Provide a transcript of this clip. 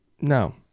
no